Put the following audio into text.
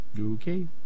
Okay